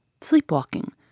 sleepwalking